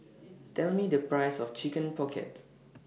Tell Me The Price of Chicken Pocket